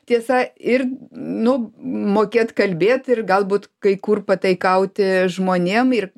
tiesa ir nu mokėt kalbėt ir galbūt kai kur pataikauti žmonėm ir